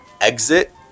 exit